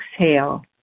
Exhale